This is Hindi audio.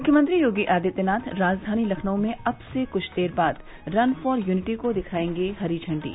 मुख्यमंत्री योगी आदित्यनाथ राजधानी लखनऊ में अब से कुछ देर बाद रन फॉर यूनिटी को दिखायेंगे हरी झंडी